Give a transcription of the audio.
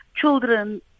children